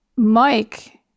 Mike